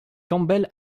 campbell